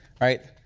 right?